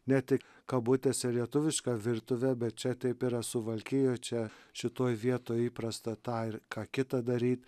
ne tik kabutėse lietuvišką virtuvę bet čia taip yra suvalkijoj čia šitoj vietoj įprasta tą ir ką kitą daryt